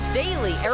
daily